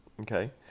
okay